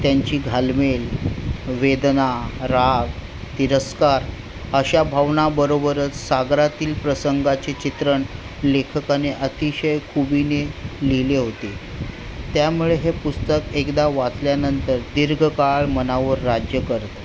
त्यांची घालमेल वेदना राग तिरस्कार अशा भावनाबरोबरच सागरातील प्रसंगाचे चित्रण लेखकाने अतिशय खुबीने लिहिले होते त्यामुळे हे पुस्तक एकदा वाचल्यानंतर दीर्घकाळ मनावर राज्य करतं